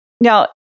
now